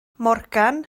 morgan